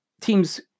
Teams